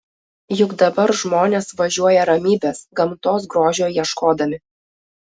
juk dabar žmonės važiuoja ramybės gamtos grožio ieškodami